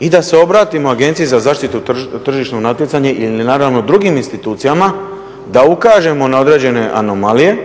i da se obratimo Agenciji za zaštitu tržišnog natjecanja ili naravno drugim institucijama, da ukažemo na određene anomalije